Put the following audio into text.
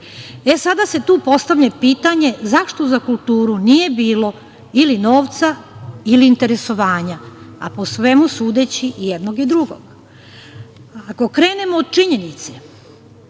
Sada se tu postavlja pitanje zašto za kulturu nije bilo ili novca ili interesovanja, a po svemu sudeći i jednog i drugog. Ako krenemo od činjenice